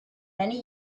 many